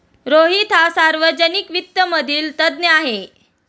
रोहित हा सार्वजनिक वित्त मधील तज्ञ आहे